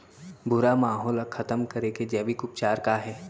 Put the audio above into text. भूरा माहो ला खतम करे के जैविक उपचार का हे?